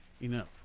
enough